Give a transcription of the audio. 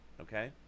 Okay